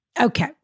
Okay